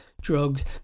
drugs